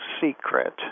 secret